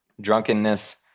Drunkenness